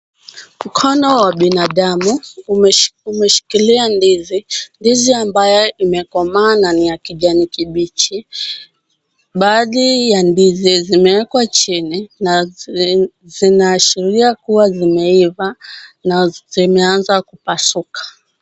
Mkono wa binadamu umeshikilia ndizi, ndizi ambazo zimekomaa na ni za kijani kibichi, baadhi ya ndizi zimeekwa chini, zinaashiria kuwa zimeiva na zimeeanza kupasuka.